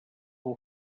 who